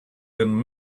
been